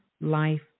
life